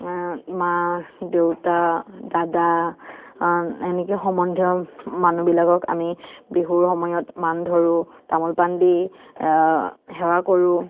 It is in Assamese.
মা দেউতা দাদা এনেকে সম্বন্ধীয় মানবুহবিলাকক আমি বিহুৰ সময়ত মান ধৰো তামোল পান দি সেৱা কৰো